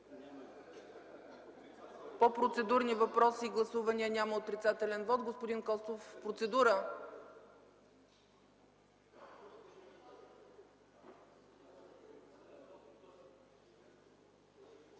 По процедурни въпроси и гласувания няма отрицателен вот. Господин Костов, процедура?